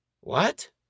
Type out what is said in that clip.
What